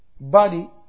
body